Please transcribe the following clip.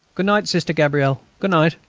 good-night, sister gabrielle good-night.